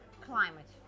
Climate